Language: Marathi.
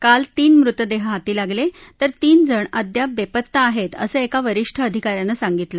काल तीन मृतदेह हाती लागले तर तीनजण अद्याप बेपत्ता आहेत असं एका वरीष्ठ अधिका यानं सांगितलं